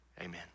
amen